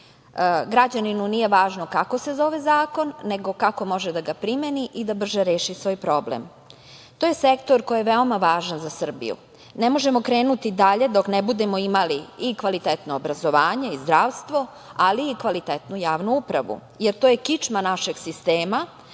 kamenje. Građaninu nije važno kako se zove zakon, nego kako može da ga primeni i da brže reši svoj problem. To je sektor koji je veoma važan za Srbiju. Ne možemo krenuti dalje dok ne budemo imali i kvalitetno obrazovanje i zdravstvo, ali i kvalitetnu javnu upravu, jer to je kičma našeg sistema,